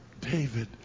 David